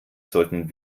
sollten